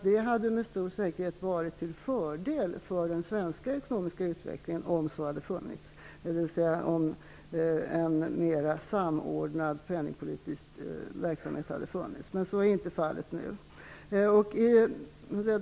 Det hade med stor säkerhet varit till fördel för den svenska ekonomiska utvecklingen om en mera samordnad penningpolitisk verksamhet hade ägt rum, men så är alltså inte fallet.